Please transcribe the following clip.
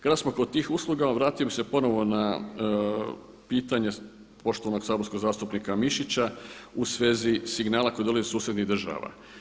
Kada smo kod tih usluga vratio bih se ponovo na pitanje poštovanog saborskog zastupnika Mišića u svezi signala kod drugih susjednih država.